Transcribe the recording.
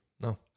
No